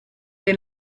che